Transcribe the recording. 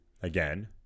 again